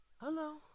Hello